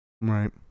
Right